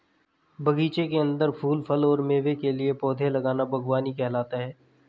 बगीचे के अंदर फूल, फल और मेवे के लिए पौधे लगाना बगवानी कहलाता है